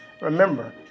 Remember